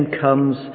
comes